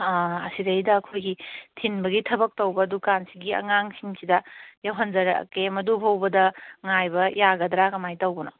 ꯑꯁꯤꯗ ꯑꯩꯈꯣꯏꯒꯤ ꯊꯤꯟꯕꯒꯤ ꯊꯕꯛ ꯇꯧꯕ ꯗꯨꯗꯥꯟꯁꯤꯒꯤ ꯑꯉꯥꯡꯁꯤꯡꯁꯤꯗ ꯌꯧꯍꯟꯖꯔꯛꯀꯦ ꯃꯗꯨ ꯐꯥꯎꯕꯗ ꯉꯥꯏꯕ ꯌꯥꯒꯗ꯭ꯔꯥ ꯀꯔꯃꯥꯏ ꯇꯧꯕꯅꯣ